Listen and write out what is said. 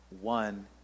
One